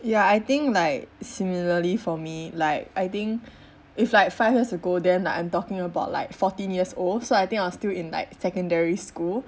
ya I think like similarly for me like I think if like five years ago then I'm talking about like fourteen years old so I think I was still in like secondary school